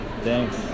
Thanks